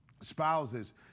spouses